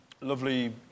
lovely